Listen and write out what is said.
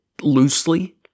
loosely